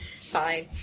Fine